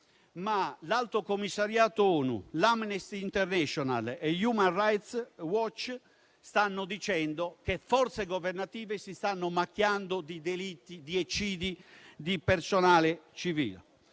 ma l'Alto commissariato ONU, Amnesty International e Human Rights Watch stanno dicendo che forze governative si stanno macchiando di delitti ed eccidi di personale civile.